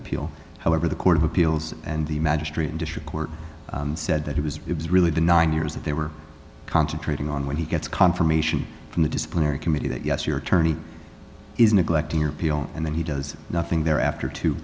appeal however the court of appeals and the magistrate in district court said that he was it was really the nine years that they were concentrating on when he gets confirmation from the disciplinary committee that yes your attorney is neglecting your people and then he does nothing there after to